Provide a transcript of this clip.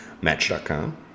match.com